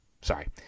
sorry